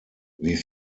wie